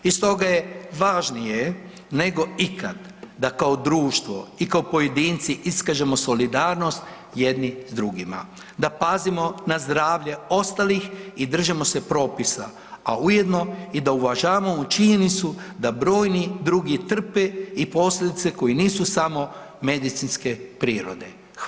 I stoga je važnije nego ikad da kao društvo i kao pojedinci iskažemo solidarnost jedni s drugima, da pazimo na zdravlje ostalih i držimo se propisa, a ujedno i da uvažavamo činjenicu da brojni drugi trpe i posljedice koje nisu samo medicinske prirode.